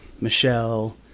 Michelle